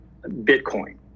Bitcoin